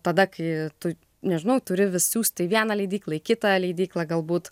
tada kai tu nežinau turi vis siųsti į vieną leidyklą į kitą leidyklą galbūt